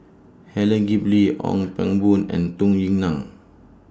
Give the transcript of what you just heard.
Helen Gilbey Ong Pang Boon and Dong Yue Nang